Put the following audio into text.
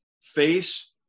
face